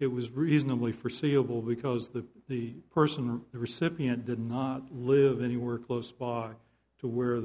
it was reasonably forseeable because the the person or the recipient did not live anywhere close by to where